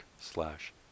slash